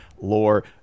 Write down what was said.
lore